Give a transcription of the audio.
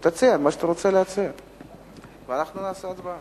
תציע מה שאתה רוצה להציע ואנחנו נעשה הצבעה.